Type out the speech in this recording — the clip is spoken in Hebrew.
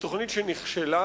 היא תוכנית שנכשלה.